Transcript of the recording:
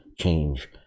change